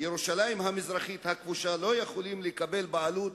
ירושלים המזרחית הכבושה לא יכולים לקבל בעלות